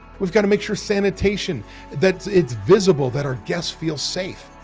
we've got to make sure sanitation that it's visible, that our guests feel safe.